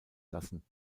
lassen